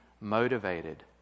motivated